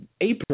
April